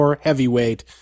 heavyweight